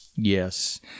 Yes